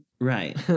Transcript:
Right